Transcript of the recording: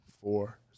Four